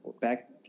back